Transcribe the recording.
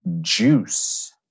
juice